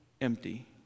empty